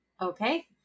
okay